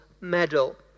medal